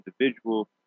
individual